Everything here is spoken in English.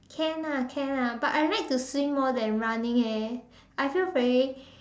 can ah can ah but I like to swim more than running eh I feel very